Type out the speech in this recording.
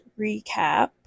recap